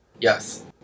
Yes